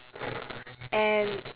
and